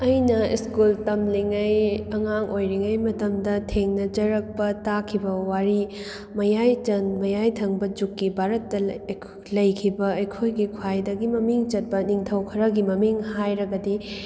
ꯑꯩꯅ ꯁ꯭ꯀꯨꯜ ꯇꯝꯂꯤꯉꯩ ꯑꯉꯥꯡ ꯑꯣꯏꯔꯤꯉꯩ ꯃꯇꯝꯗ ꯊꯦꯡꯅꯖꯔꯛꯄ ꯇꯥꯈꯤꯕ ꯋꯥꯔꯤ ꯃꯌꯥꯏ ꯃꯌꯥꯏ ꯊꯪꯕ ꯖꯨꯛꯀꯤ ꯚꯥꯔꯠꯇ ꯂꯩꯈꯤꯕ ꯑꯩꯈꯣꯏꯒꯤ ꯈ꯭ꯋꯥꯏꯗꯒꯤ ꯃꯃꯤꯡ ꯆꯠꯄ ꯅꯤꯡꯊꯧ ꯈꯔꯒꯤ ꯃꯃꯤꯡ ꯍꯥꯏꯔꯕꯗꯤ